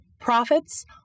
profits